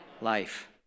life